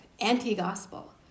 anti-gospel